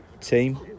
team